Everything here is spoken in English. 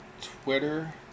Twitter